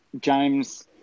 James